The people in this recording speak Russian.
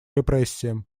репрессиям